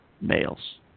males